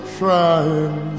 trying